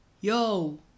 Yo